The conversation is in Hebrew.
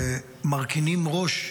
מרכינים ראש,